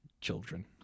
Children